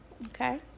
Okay